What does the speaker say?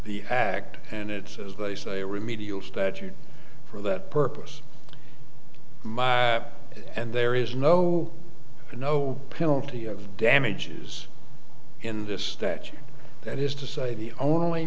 the act and it's as they say a remedial statute for that purpose and there is no to no penalty of damages in this statute that is to say the only